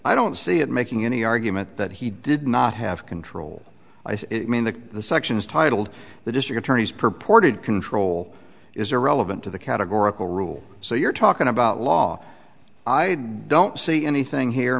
i don't see it making any argument that he did not have control it mean that the sections titled the district attorney's purported control is irrelevant to the categorical rule so you're talking about law i don't see anything here